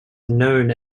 known